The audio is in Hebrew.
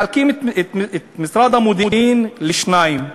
מחלקים את משרד המודיעין לשניים: